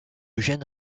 gène